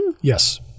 yes